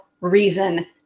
reason